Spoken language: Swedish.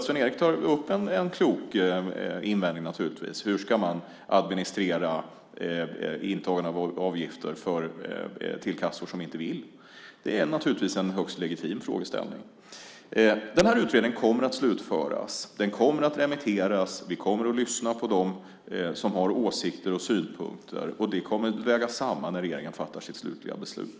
Sven-Erik tar upp en klok invändning när det gäller hur man ska administrera intagen av avgifter till kassor som inte vill. Det är naturligtvis en högst legitim frågeställning. Utredningen kommer att slutföras. Den kommer att remitteras, och vi kommer att lyssna på dem som har åsikter och synpunkter. Dessa kommer att vägas samman när regeringen fattar sitt slutliga beslut.